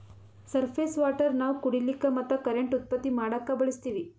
surface water ನಾವ್ ಕುಡಿಲಿಕ್ಕ ಮತ್ತ್ ಕರೆಂಟ್ ಉತ್ಪತ್ತಿ ಮಾಡಕ್ಕಾ ಬಳಸ್ತೀವಿ